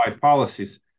policies